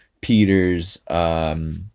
Peter's